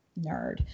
nerd